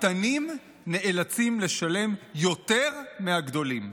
הקטנים נאלצים לשלם יותר מהגדולים.